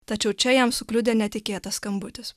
tačiau čia jam sukliudė netikėtas skambutis